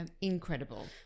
incredible